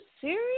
serious